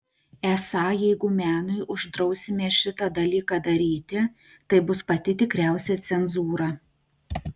esą jeigu menui uždrausime šitą dalyką daryti tai bus pati tikriausia cenzūra